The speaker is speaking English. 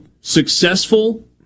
successful